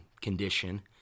condition